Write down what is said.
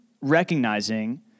recognizing